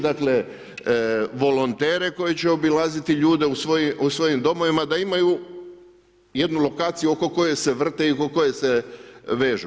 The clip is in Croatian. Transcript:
Dakle, volontere koji će obilaziti ljude u svojim domovima da imaju jednu lokaciju oko koje se vrte i oko koje se vežu.